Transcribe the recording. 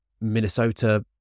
minnesota